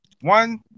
One